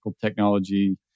technology